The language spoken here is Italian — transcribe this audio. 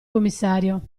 commissario